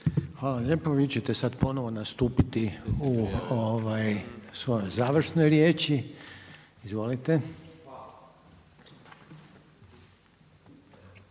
Hvala. Vi ćete sad ponovno nastupiti u svoj završnoj riječi. Izvolite.